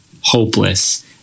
hopeless